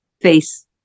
face